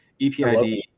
EPID